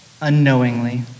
unknowingly